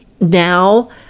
now